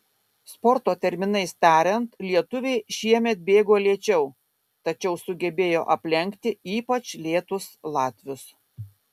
sporto terminais tariant lietuviai šiemet bėgo lėčiau tačiau sugebėjo aplenkti ypač lėtus latvius